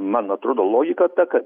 man atrodo logika ta kad